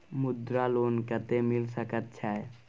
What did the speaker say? मुद्रा लोन कत्ते मिल सके छै?